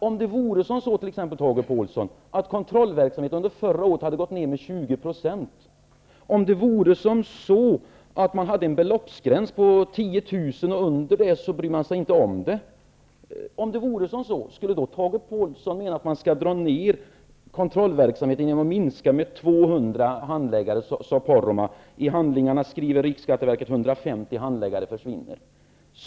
Om det vore så, Tage Pålsson, att kontrollverksamheten under förra året hade gått ned med 20 %, om det vore så att man hade en beloppsgräns på 10 000 kr. och inte brydde sig om det som understeg det beloppet, skulle Tage Pålsson då anse att man skall dra ned kontrollverksamheten genom att minska antalet handläggare med 200, som Poromaa sade -- i handlingarna skriver riksskatteverket att 150 handläggare försvinner.